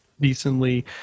decently